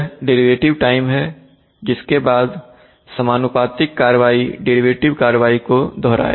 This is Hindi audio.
यह डेरिवेटिव टाइम है जिसके बाद समानुपातिक कार्रवाई डेरिवेटिव कार्रवाई को दोहराएगा